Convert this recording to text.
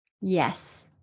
Yes